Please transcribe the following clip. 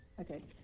Okay